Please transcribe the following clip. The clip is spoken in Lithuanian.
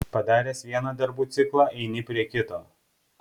padaręs vieną darbų ciklą eini prie kito